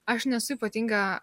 aš nesu ypatinga